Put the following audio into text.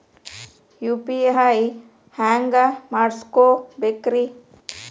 UPI ಹ್ಯಾಂಗ ಮಾಡ್ಕೊಬೇಕ್ರಿ?